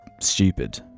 stupid